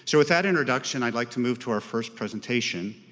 so with that introduction, i'd like to move to our first presentation,